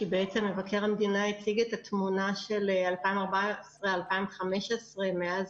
כי מבקר המדינה הציג את התמונה של 2014 2015. מאז